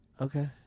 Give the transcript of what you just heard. Okay